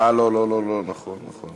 לא, לא, נכון, נכון.